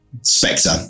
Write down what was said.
Spectre